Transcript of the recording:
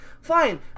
fine